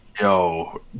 Yo